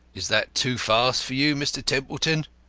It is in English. is that too fast for you, mr. templeton?